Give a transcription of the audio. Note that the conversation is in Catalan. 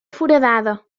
foradada